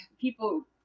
people